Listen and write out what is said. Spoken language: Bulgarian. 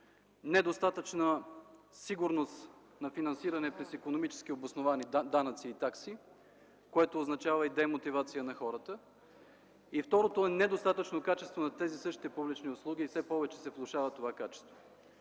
недостатъчна сигурност на финансиране през икономически обосновани данъци и такси, което означава и демотивация на хората, и второто е недостатъчно качество на тези същите публични услуги и, че това качество